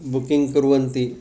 booking कुर्वन्ति